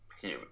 huge